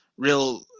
Real